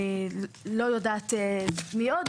אני לא יודעת מי עוד.